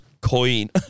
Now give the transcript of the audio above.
coin